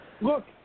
Look